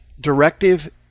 directive